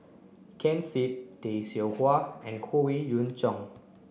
Ken Seet Tay Seow Huah and Howe Yoon Chong